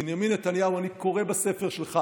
בנימין נתניהו, אני קורא בספר שלך.